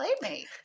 playmate